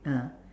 ah